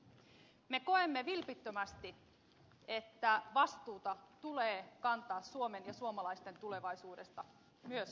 me koemme vilpittömästi että vastuuta tulee kantaa suomen ja suomalaisten tulevaisuudesta myös oppositiossa